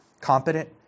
competent